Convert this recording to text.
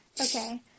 Okay